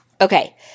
Okay